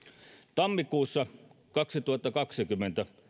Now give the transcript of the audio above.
tammikuussa kaksituhattakaksikymmentä